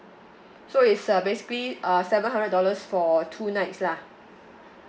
so it's uh basically uh seven hundred dollars for two nights lah